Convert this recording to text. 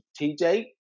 TJ